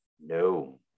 No